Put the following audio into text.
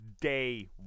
day